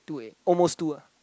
two A almost two ah